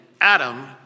Adam